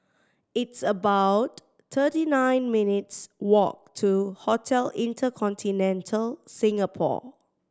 it's about thirty nine minutes' walk to Hotel InterContinental Singapore